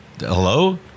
Hello